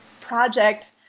project